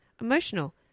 emotional